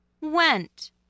Went